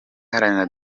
iharanira